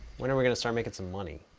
when are we going to start making some money?